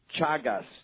Chagas